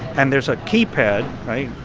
and there's a keypad right?